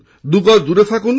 দুগজ দূরে থাকুন